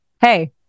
Hey